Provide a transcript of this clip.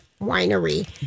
Winery